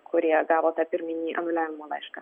kurie gavo tą pirminį anuliavimo laišką